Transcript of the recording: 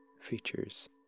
features